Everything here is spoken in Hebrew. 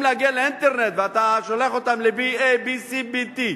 להגיע לאינטרנט ואתה שולח אותם ל-ba bc bd.